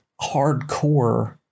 hardcore